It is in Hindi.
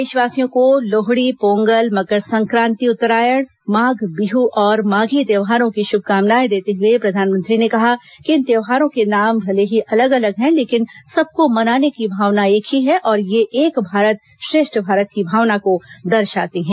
देशवासियों को लोहड़ी पोंगल मकर संक्रांति उत्तरायण माघ बिहू और माधी त्योहारों की श्भकामनाएं देते हुए प्रधानमंत्री ने कहा कि इन त्योहारों के नाम भले ही अलग अलग हैं लेकिन सबको मनाने की भावना एक ही है और ये एक भारत श्रेष्ठ भारत की भावना को दर्शाते हैं